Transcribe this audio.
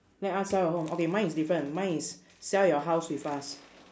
let us sell your home okay mine is different mine is sell your house with us